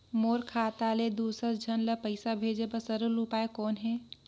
मोर खाता ले दुसर झन ल पईसा भेजे बर सरल उपाय कौन हे?